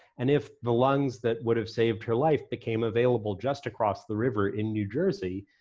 and if the lungs that would have saved her life became available just across the river in new jersey,